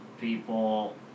people